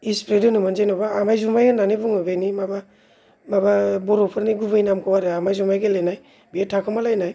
इसफ्रिट होनोमोन जेन'बा आमाय जुमाय होननानै बुङो बेनि माबा माबा बर'फोरनि गुबै नामखौ आरो आमाय जुमाय गेलेनाय बेयो थाखोमालायनाय